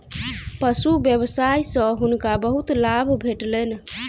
पशु व्यवसाय सॅ हुनका बहुत लाभ भेटलैन